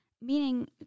meaning